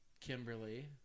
kimberly